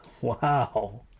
Wow